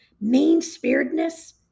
mean-spiritedness